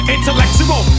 Intellectual